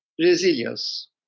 resilience